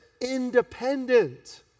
independent